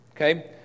okay